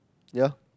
ya